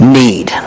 need